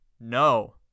No